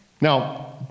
Now